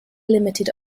limited